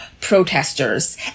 protesters